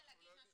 אנחנו לא יודעים,